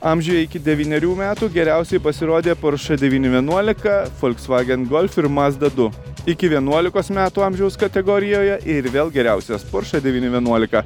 amžiuje iki devynerių metų geriausiai pasirodė porsche devyni vienuolika volkswagen golf ir mazda du iki vienuolikos metų amžiaus kategorijoje ir vėl geriausias porsche devyni vienuolika